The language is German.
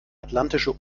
atlantische